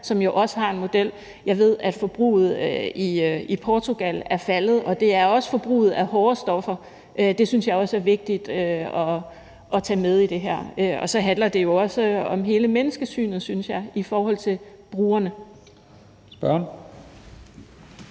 som jo også har en model. Jeg ved, at forbruget i Portugal er faldet, og det er forbruget af hårde stoffer også. Det synes jeg også er vigtigt at tage med i det her. Og så handler det jo også om hele menneskesynet, synes jeg, i forhold til brugerne. Kl.